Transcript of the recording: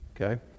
Okay